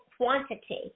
quantity